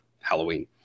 Halloween